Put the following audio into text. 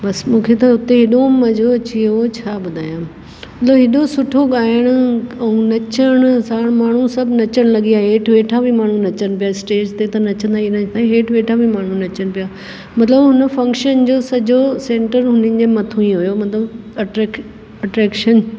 बसि मूंखे त उते एॾो मज़ो अची वियो छा ॿुधायां एॾो सुठो ॻाइण ऐं नचणु साणु माण्हू सभु नचणु लॻी विया हेठि वेठा बि माण्हू नचनि पिया स्टेज ते नचंदा ई आहिनि हेठि वेठा बि माण्हू नचनि पिया मतिलबु उन फंक्शन जो सॼो सेंटर उन्हनि जे मथां ई हो मतिलबु अट्रेक अट्रेक्शन